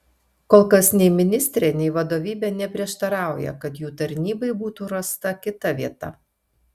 kol kas nei ministrė nei vadovybė neprieštarauja kad jų tarnybai būtų rasta kita vieta